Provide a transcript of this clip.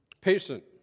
patient